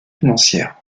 financières